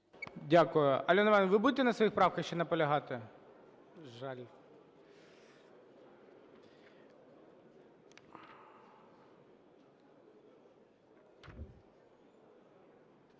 Дякую. Альона Іванівна, ви будете на своїх правках ще наполягати? Жаль.